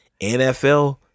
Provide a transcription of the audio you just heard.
NFL